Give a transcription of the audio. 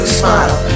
smile